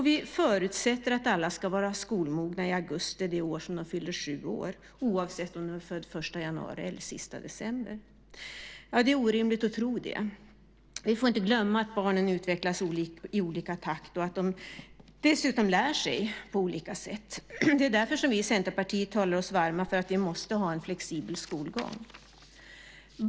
Vi förutsätter att alla ska vara skolmogna i augusti det år som de fyller sju år oavsett om de är födda den 1 januari eller den sista december. Det är orimligt att tro det. Vi får inte glömma att barn utvecklas i olika takt och att de dessutom lär sig på olika sätt. Det är därför som vi i Centerpartiet talar oss varma för att vi måste ha en flexibel skolgång.